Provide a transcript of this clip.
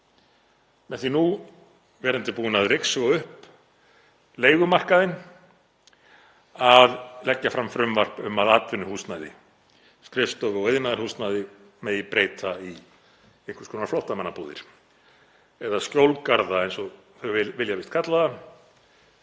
með því, verandi búin að ryksuga upp leigumarkaðinn, að leggja nú fram frumvarp um að atvinnuhúsnæði, skrifstofu- og iðnaðarhúsnæði, megi breyta í einhvers konar flóttamannabúðir eða skjólgarða eins og þau vilja víst kalla